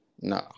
no